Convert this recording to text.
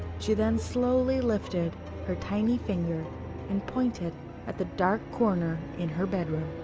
she then slowly lifted her tiny finger and pointed at the dark corner in her bedroom.